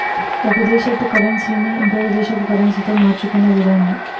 ఒక దేశపు కరన్సీ ని ఇంకొక దేశపు కరెన్సీతో మార్చుకునే విధానము